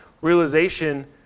realization